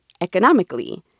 economically